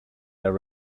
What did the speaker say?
their